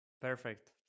perfect